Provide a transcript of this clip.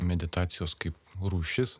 meditacijos kaip rūšis